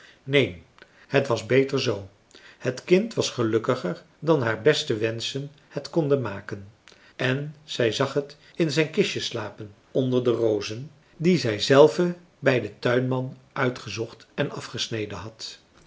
neen het was beter zoo het kind was gelukkiger dan haar beste wenschen het konden maken en zij zag het in zijn kistje slapen onder de rozen die zij zelve bij den tuinman uitgezocht en afgesneden had